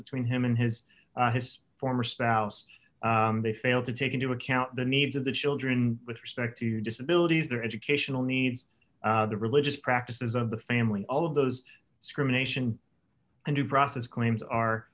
between him and his his former spouse they failed to take into account the needs of the children with respect to disabilities their educational needs the religious practices of the family all of those criminalization and due process claims are